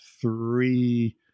three